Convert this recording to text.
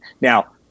Now